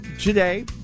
today